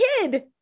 kid